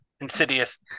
Insidious